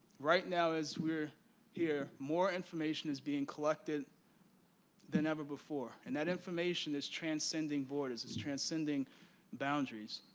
right now as we're here, more information is being collected than ever before. and that information is transcending borders. it's transcending boundaries.